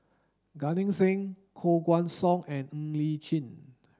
Gan Eng Seng Koh Guan Song and Ng Li Chin